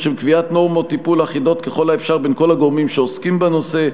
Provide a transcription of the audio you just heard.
לשם קביעת נורמות טיפול אחידות בין כל הגורמים שעוסקים בנושא,